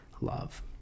love